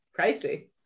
pricey